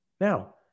Now